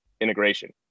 integration